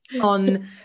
on